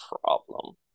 problem